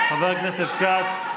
חבר הכנסת כץ,